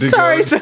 Sorry